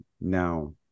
now